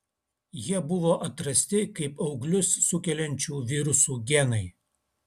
jie buvo atrasti kaip auglius sukeliančių virusų genai